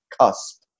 CUSP